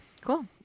Cool